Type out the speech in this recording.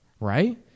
right